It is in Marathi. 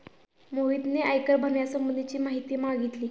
मोहितने आयकर भरण्यासंबंधीची माहिती मागितली